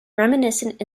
reminiscent